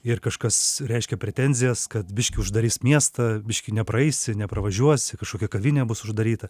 ir kažkas reiškia pretenzijas kad biškį uždarys miestą biškį nepraeisi nepravažiuosi kažkokia kavinė bus uždaryta